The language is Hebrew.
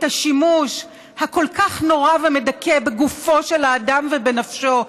את השימוש הכל-כך נורא ומדכא בגופו של האדם ובנפשו,